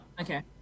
Okay